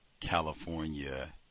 California